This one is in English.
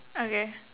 okay